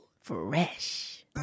Fresh